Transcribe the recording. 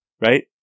right